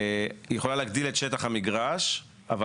היא יכולה להגדיל את שטח המגרש אבל